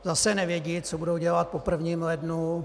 Zase nevědí, co budou dělat po prvním lednu.